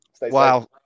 wow